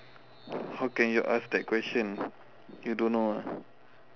how can you ask that question you don't know ah